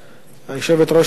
יושבת-ראש האופוזיציה,